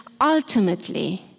ultimately